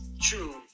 true